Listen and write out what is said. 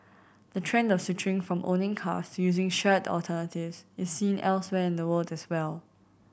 the trend of switching from owning cars to using shared alternatives is seen elsewhere in the world as well